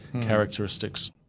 characteristics